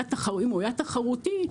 אם הוא היה תחרותי,